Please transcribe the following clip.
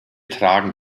tragen